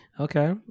okay